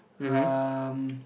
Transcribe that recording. um